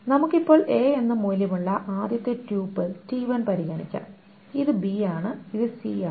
നമുക്ക് ഇപ്പോൾ a എന്ന മൂല്യമുള്ള ആദ്യത്തെ ട്യൂപ്പിൾ t1 പരിഗണിക്കാം ഇത് b ആണ് ഇത് c ആണ്